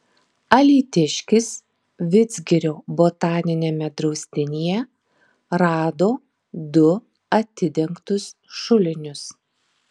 alytiškis vidzgirio botaniniame draustinyje rado du atidengtus šulinius